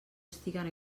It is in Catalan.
estiguen